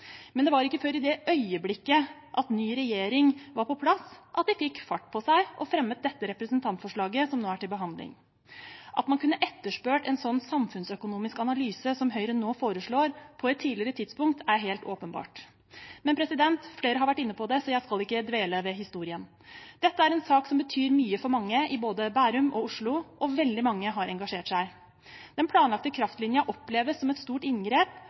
men det var ikke før i det øyeblikket ny regjering var på plass, at de fikk fart på seg og fremmet dette representantforslaget som nå er til behandling. At man kunne etterspurt en slik samfunnsøkonomisk analyse som Høyre nå foreslår, på et tidligere tidspunkt, er helt åpenbart. Men flere har vært inne på det, så jeg skal ikke dvele ved historien. Dette er en sak som betyr mye for mange, i både Bærum og Oslo, og veldig mange har engasjert seg. Den planlagte kraftlinjen oppleves som et stort inngrep